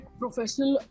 professional